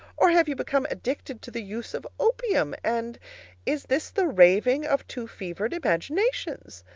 or have you become addicted to the use of opium, and is this the raving of two fevered imaginations?